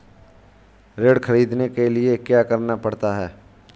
ऋण ख़रीदने के लिए क्या करना पड़ता है?